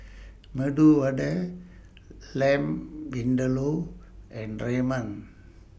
Medu Vada Lamb Vindaloo and Ramen